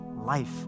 life